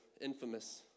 infamous